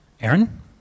Aaron